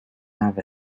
have